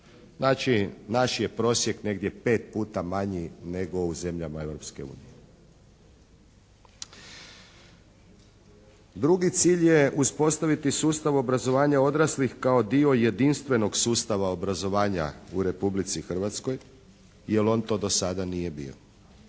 Znači naš je prosjek negdje 5 puta manji nego u zemljama Europske unije. Drugi cilj je uspostaviti sustav obrazovanja odraslih kao dio jedinstvenog sustava obrazovanja u Republici Hrvatskoj, jer on to do sada nije bio.